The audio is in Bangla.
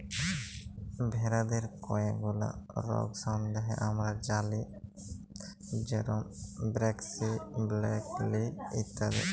ভেরাদের কয়ে গুলা রগ সম্বন্ধে হামরা জালি যেরম ব্র্যাক্সি, ব্ল্যাক লেগ ইত্যাদি